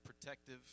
protective